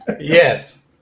Yes